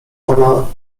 ona